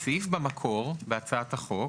הסעיף במקור, בהצעת החוק,